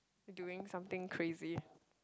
doing something crazy